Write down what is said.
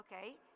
okay